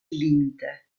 limite